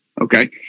Okay